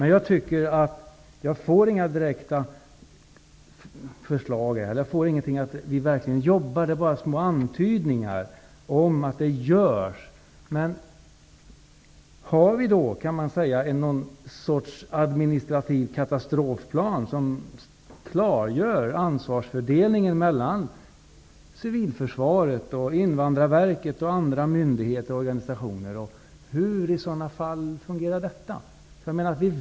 Jag får inga direkta besked om att vi verkligen jobbar. Det är bara små antydningar om att det görs någonting. Har vi någon sorts administrativ katastrofplan som klargör ansvarsfördelningen mellan Civilförsvaret, Invandrarverket och andra myndigheter och organisationer? Hur fungerar det i så fall?